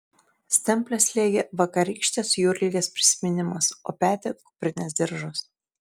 stemplę slėgė vakarykštės jūrligės prisiminimas o petį kuprinės diržas